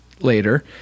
later